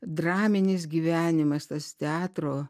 draminis gyvenimas tas teatro